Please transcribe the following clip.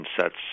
sets